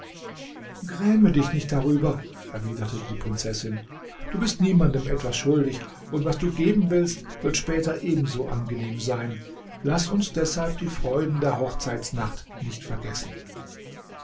gräme dich nicht darüber erwiderte die prinzessin du bist niemandem etwas schuldig und was du geben willst wird später ebenso angenehm sein laß uns deshalb die freuden der hochzeitsnacht nicht vergessen